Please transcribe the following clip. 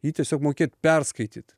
jį tiesiog mokėt perskaityt